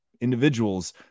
individuals